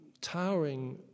towering